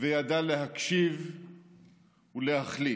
וידע להקשיב ולהחליט.